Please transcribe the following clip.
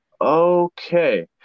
okay